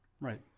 Right